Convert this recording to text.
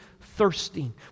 thirsting